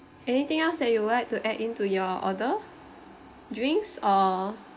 anything else that you'd like to add into your order drinks or